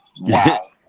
wow